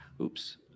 Oops